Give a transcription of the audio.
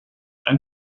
ein